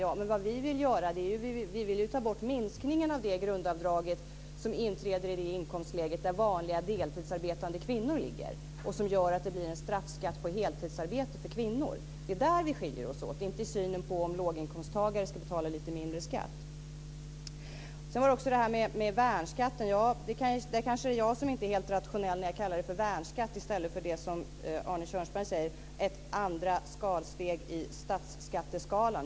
Ja, men vad vi vill göra är att ta bort minskningen av det grundavdrag som inträder i det inkomstläge som vanliga deltidsarbetande kvinnor ligger i och som gör att det blir en straffskatt på heltidsarbete för kvinnor. Det är där vi skiljer oss åt, inte i synen på om låginkomsttagare ska betala lite mindre skatt. När det sedan gäller detta med värnskatten är det kanske jag som inte är rationell när jag kallar den för värnskatt i stället för, som Arne Kjörnsberg säger, ett andra skalsteg i statsskatteskalan.